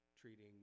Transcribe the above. treating